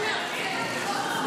מאולם